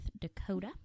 Dakota